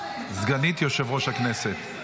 סגנית יושב-ראש הכנסת.